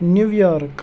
New York